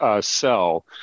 sell